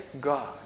God